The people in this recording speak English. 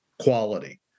quality